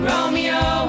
Romeo